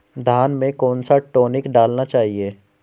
धान में कौन सा टॉनिक डालना चाहिए?